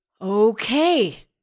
okay